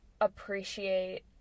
appreciate